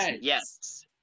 Yes